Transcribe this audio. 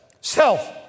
Self